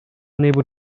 unable